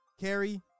Carrie